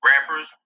Rappers